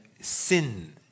sin